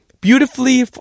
beautifully